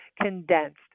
condensed